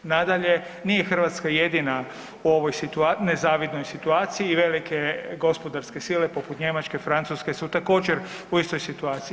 Nadalje, nije Hrvatska jedina u ovoj nezavidnoj situaciji i velike gospodarske sile poput Njemačke, Francuske su također u istoj situaciji.